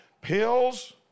Pills